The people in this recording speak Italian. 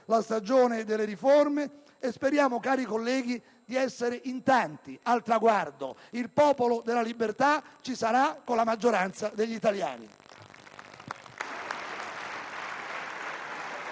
la stagione delle riforme e speriamo, cari colleghi, di essere in tanti al traguardo. Il Popolo della Libertà ci sarà con la maggioranza degli italiani.